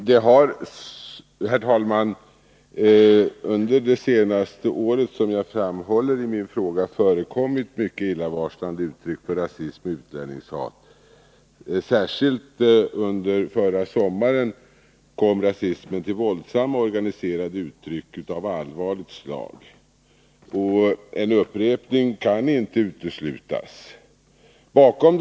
Det har under senaste året förekommit mycket illavarslande uttryck för rasism och utlänningshat. Särskilt under förra sommaren kom rasismen till våldsamma organiserade uttryck av allvarligt slag. En upprepning kan inte uteslutas.